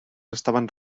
estaven